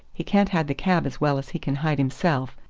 he can't hide the cab as well as he can hide himself,